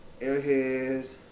Airheads